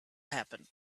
happen